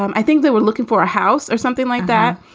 um i think they were looking for a house or something like that